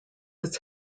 its